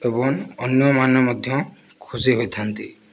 ଏବଂ ଅନ୍ୟମାନେ ମଧ୍ୟ ଖୁସି ହୋଇଥାନ୍ତି